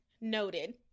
Noted